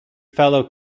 fellow